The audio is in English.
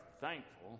thankful